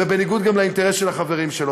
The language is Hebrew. וגם בניגוד לאינטרס של החברים שלו.